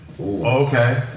Okay